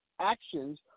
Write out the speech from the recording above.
actions